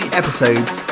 episodes